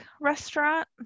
restaurant